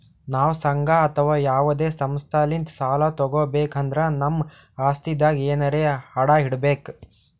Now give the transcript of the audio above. ನಾವ್ ಸಂಘ ಅಥವಾ ಯಾವದೇ ಸಂಸ್ಥಾಲಿಂತ್ ಸಾಲ ತಗೋಬೇಕ್ ಅಂದ್ರ ನಮ್ ಆಸ್ತಿದಾಗ್ ಎನರೆ ಅಡ ಇಡ್ಬೇಕ್